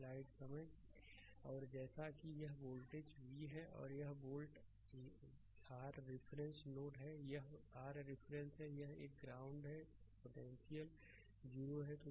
slide समय देखें 0609 और जैसा कि यह वोल्टेज v है और यह वोल्ट यह r रिफरेंस नोड है यह rरिफरेंस है यह एक ग्राउंड है पोटेंशियल 0 है